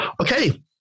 Okay